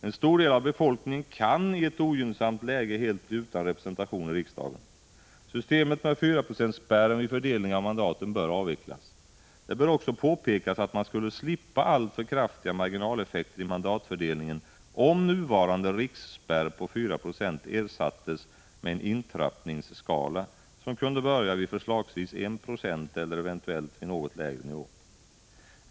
En stor del av befolkningen kan i ett ogynnsamt läge helt bli utan representation i riksdagen. Systemet med 4-procentsspärren vid fördelning av mandaten bör avvecklas. Det bör också påpekas att man skulle slippa alltför kraftiga marginaleffekter i mandatfördelningen, om nuvarande riksspärr på 4 Zo ersattes med en intrappningsskala, som kunde börja vid förslagsvis 1 26 eller eventuellt vid något lägre nivå.